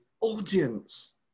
audience